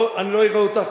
אני לא אראה אותך.